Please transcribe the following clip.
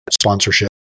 sponsorship